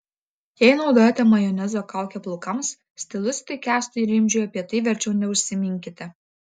jei naudojate majonezo kaukę plaukams stilistui kęstui rimdžiui apie tai verčiau neužsiminkite